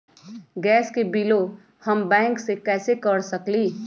Gas के बिलों हम बैंक से कैसे कर सकली?